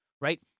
Right